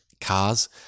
Cars